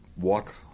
walk